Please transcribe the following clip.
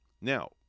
Now